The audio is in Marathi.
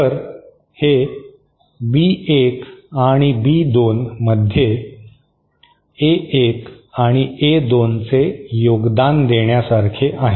तर हे बी 1 आणि बी 2 मध्ये ए 1 आणि ए 2 चे योगदान देण्यासारखे आहे